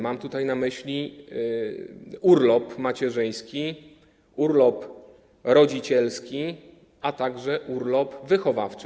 Mam tutaj na myśli urlop macierzyński, urlop rodzicielski, a także urlop wychowawczy.